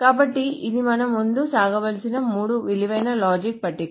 కాబట్టి ఇది మనం ముందుకు సాగవలసిన మూడు విలువైన లాజిక్ పట్టిక